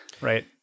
right